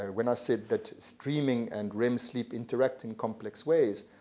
ah when i said that so dreaming and rem sleep interacting complex ways,